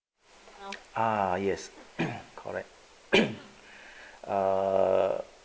ah yes correct ah